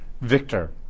victor